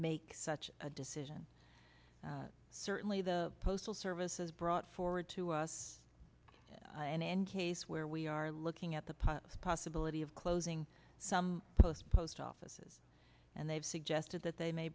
make such a decision certainly the postal service has brought forward to us an end case where we are looking at the pile of possibility of closing some post post offices and they've suggested that they may